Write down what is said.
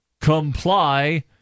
comply